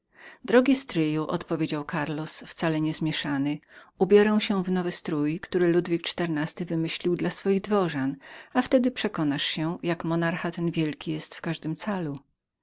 drogi stryju odpowiedział karlos wcale nie zmieszany ubiorę się w nowy strój który ludwik xiv wymyślił dla swoich dworzan a wtedy przekonasz się jak monarcha ten wielkim jest w każdym